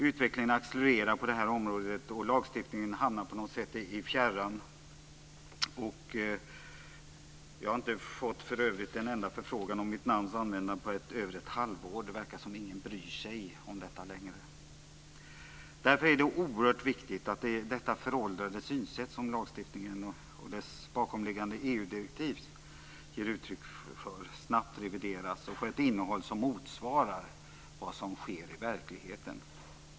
Utvecklingen accelererar på detta område, och lagstiftningen hamnar på något sätt i fjärran. Jag har för övrigt inte fått en enda förfrågan om mitt namns användande på över ett halvår. Det verkar som ingen bryr sig om detta längre. Därför är det oerhört viktigt att det föråldrade synsätt som lagstiftningen och dess bakomliggande EU-direktiv ger uttryck för snabbt revideras och får ett innehåll som motsvarar vad som sker i verkligheten.